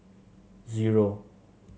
zero